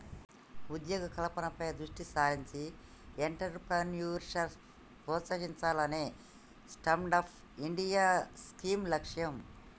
ఉద్యోగ కల్పనపై దృష్టి సారించి ఎంట్రప్రెన్యూర్షిప్ ప్రోత్సహించాలనే స్టాండప్ ఇండియా స్కీమ్ లక్ష్యం